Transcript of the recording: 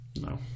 No